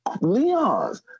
Leon's